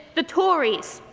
the tories!